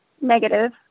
negative